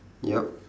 yup